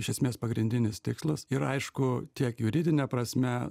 iš esmės pagrindinis tikslas ir aišku tiek juridine prasme